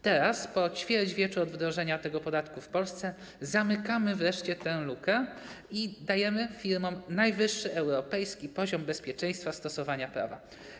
Teraz, po ćwierćwieczu od wdrożenia tego podatku w Polsce, zamykamy wreszcie tę lukę i dajemy firmom najwyższy europejski poziom bezpieczeństwa stosowania prawa.